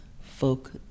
folk